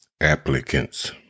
applicants